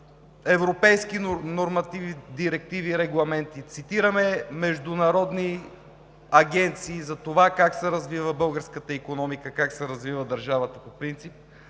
европейски нормативи, директиви и регламенти, цитираме международни агенции за това как се развива българската икономика, как се развива държавата по принцип.